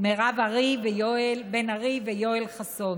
מירב בן ארי ויואל חסון,